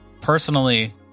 personally